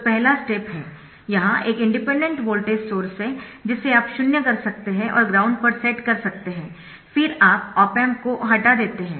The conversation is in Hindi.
तो पहला स्टेप है यहां एक इंडिपेंडेंट वोल्टेज सोर्स है जिसे आप शून्य कर सकते है और ग्राउंड पर सेट कर सकते है फिर आप ऑप एम्प को हटा देते है